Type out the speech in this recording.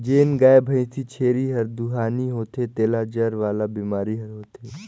जेन गाय, भइसी, छेरी हर दुहानी होथे तेला जर वाला बेमारी हर होथे